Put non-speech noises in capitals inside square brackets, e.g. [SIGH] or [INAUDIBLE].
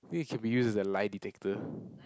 know it can be used as a lie detector [BREATH]